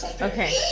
Okay